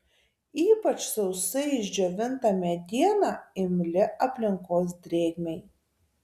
ypač sausai išdžiovinta mediena imli aplinkos drėgmei